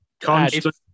Constant